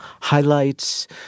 highlights